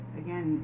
again